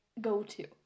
go-to